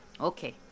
okay